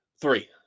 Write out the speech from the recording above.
three